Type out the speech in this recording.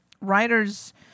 writers